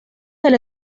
del